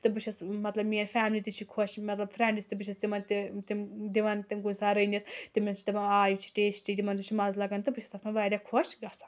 تہٕ بہٕ چھَس مطلب میٛٲنۍ فیملی تہِ چھِ خۄش مطلب فرٛٮ۪نٛڈِس تہِ بہٕ چھَس تِمَن تہِ تِم دِوان کُنہِ ساتہٕ رٔنِتھ چھِ دَپان آ یہِ چھِ ٹیسٹی تِمَن تہِ چھُ مَزٕ لَگان تہٕ بہٕ چھَس تَتھ منٛز واریاہ خۄش گژھان